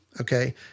Okay